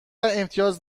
امتیاز